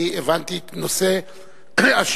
אני הבנתי את נושא השוויוניות,